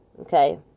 Okay